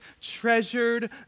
treasured